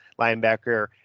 linebacker